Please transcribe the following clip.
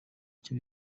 icyo